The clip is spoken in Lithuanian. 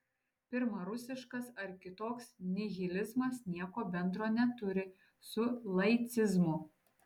pirma rusiškas ar kitoks nihilizmas nieko bendro neturi su laicizmu